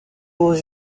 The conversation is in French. aux